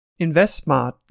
InvestSmart